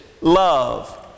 love